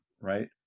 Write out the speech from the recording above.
right